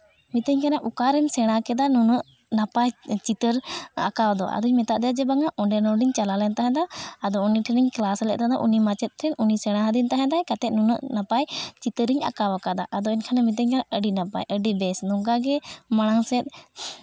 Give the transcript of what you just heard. ᱢᱮᱛᱟᱹᱧ ᱠᱟᱱᱟᱭ ᱚᱠᱟᱨᱮᱢ ᱥᱮᱬᱟ ᱠᱮᱫᱟ ᱱᱩᱱᱟᱹᱜ ᱱᱟᱯᱟᱭ ᱪᱤᱛᱟᱹᱨ ᱟᱸᱠᱟᱣ ᱫᱚ ᱟᱫᱚᱧ ᱢᱮᱛᱟᱜ ᱫᱮᱭᱟ ᱡᱮ ᱵᱟᱝᱟ ᱚᱸᱰᱮ ᱱᱚᱰᱮᱧ ᱪᱟᱞᱟᱣ ᱞᱮᱫ ᱛᱟᱦᱮᱸᱫᱼᱟ ᱟᱫᱚ ᱩᱱᱤ ᱴᱷᱮᱱᱤᱧ ᱠᱞᱟᱥ ᱞᱮᱫ ᱛᱟᱦᱮᱸᱫᱼᱟ ᱩᱱᱤ ᱢᱟᱪᱮᱫ ᱴᱷᱮᱱ ᱩᱱᱤ ᱢᱟᱪᱮᱫ ᱩᱱᱤ ᱥᱮᱬᱟ ᱟᱹᱫᱤᱧ ᱛᱟᱦᱮᱱᱟᱭ ᱚᱱᱟᱛᱮ ᱱᱩᱱᱟᱹᱜ ᱱᱟᱯᱟᱭ ᱪᱤᱛᱟᱹᱨᱤᱧ ᱟᱸᱠᱟᱣ ᱠᱟᱫᱟ ᱟᱫᱚ ᱮᱱᱠᱷᱟᱱᱮ ᱢᱤᱛᱟᱹᱧ ᱠᱟᱱᱟᱭ ᱟᱹᱰᱤ ᱱᱟᱯᱟᱭ ᱟᱹᱰᱤ ᱵᱮᱥ ᱱᱚᱝᱠᱟ ᱜᱮ ᱢᱟᱲᱟᱝ ᱥᱮᱫ